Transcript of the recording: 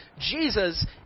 Jesus